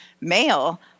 male